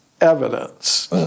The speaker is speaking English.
evidence